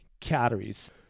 calories